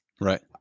Right